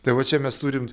tai va čia mes turim